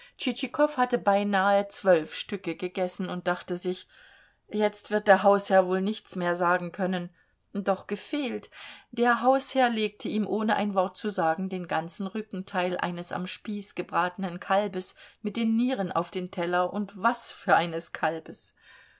tschitschikow hatte beinahe zwölf stücke gegessen und dachte sich jetzt wird der hausherr wohl nichts mehr sagen können doch gefehlt der hausherr legte ihm ohne ein wort zu sagen den ganzen rückenteil eines am spieß gebratenen kalbes mit den nieren auf den teller und was für eines kalbes